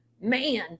man